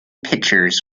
pitchers